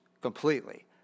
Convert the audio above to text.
completely